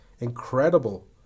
incredible